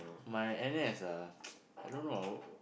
my N_S ah I don't know ah